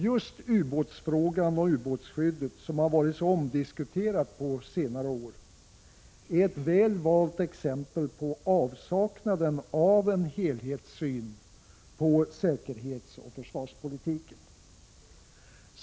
Just ubåtsfrågan och ubåtsskyddet, som varit så omdiskuterade på senare år, är ett väl valt exempel på avsaknaden av en helhetssyn på säkerhetsoch försvarspolitiken.